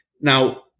Now